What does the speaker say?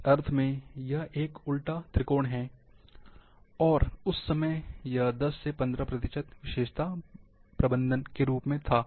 इस अर्थ में यह एक उल्टा त्रिकोण है और उस समय यह 10 या 15 प्रतिशत विशेषता बंधन के रूप में था